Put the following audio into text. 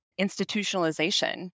Institutionalization